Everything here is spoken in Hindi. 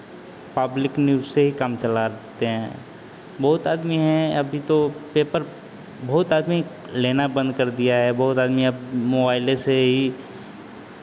पब्लिक न्यूज़ से ही काम चलाते हैं बहुत आदमी हैं अभी तो पेपर बहुत आदमी लेना बंद कर दिया है बहुत आदमी अब मोबाइले से ही